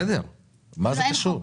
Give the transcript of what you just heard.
מה זה קשור?